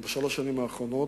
בשלוש השנים האחרונות,